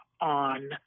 on